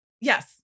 Yes